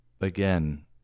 again